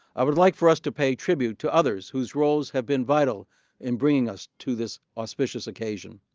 i would like for us to pay tribute to others whose roles have been vital in bringing us to this auspicious occasion.